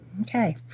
Okay